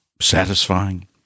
Satisfying